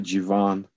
Jivan